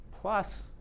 plus